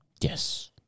Yes